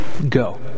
Go